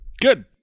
Good